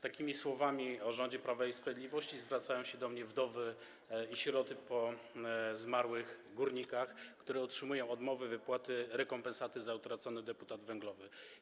Takimi słowami o rządzie Prawa i Sprawiedliwości zwracają się do mnie wdowy i sieroty po zmarłych górnikach, które otrzymują odmowy wypłaty rekompensaty za utracony deputat węglowy.